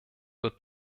wird